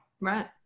Right